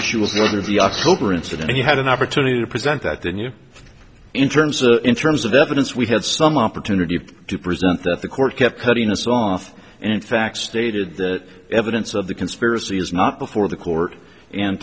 issue of whether the october incident you had an opportunity to present that then you in terms of in terms of evidence we had some opportunity to present that the court kept cutting us off and facts stated that evidence of the conspiracy was not before the court and